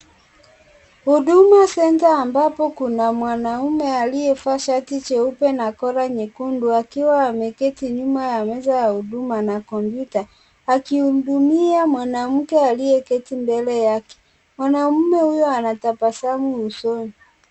Huduma center ambapo kuna mwanaume aliyevaa shati jeupe na kola nyekundu akiwa ameketi nyuma ya meza ya huduma na kompyuta akimuhudumia mwanamke aliyeketi mbele yake mwanaume huyo anatabasamu usoni.